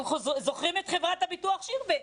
זוכרים את חברת הביטוח שירביט,